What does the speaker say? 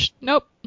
Nope